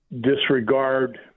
disregard